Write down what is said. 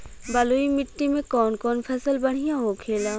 बलुई मिट्टी में कौन कौन फसल बढ़ियां होखेला?